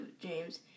james